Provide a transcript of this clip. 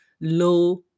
low